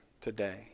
today